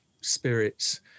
spirits